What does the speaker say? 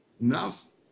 Enough